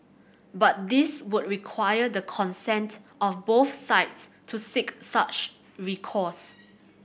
but this would require the consent of both sides to seek such recourse